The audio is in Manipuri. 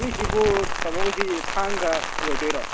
ꯁꯤꯁꯤꯕꯨ ꯇꯥꯃꯣꯒꯤꯁꯤ ꯊꯥꯡꯒ ꯑꯣꯏꯗꯣꯏꯔꯣ